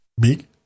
big